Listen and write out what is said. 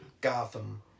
Gotham